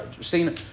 seen